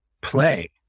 play